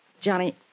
Johnny